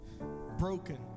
broken